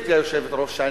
גברתי היושבת-ראש,